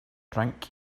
drink